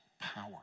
power